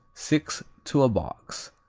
six to a box,